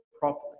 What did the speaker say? properly